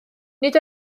nid